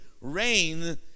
rain